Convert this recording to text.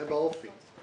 זה באופי ...